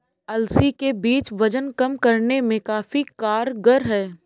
अलसी के बीज वजन कम करने में काफी कारगर है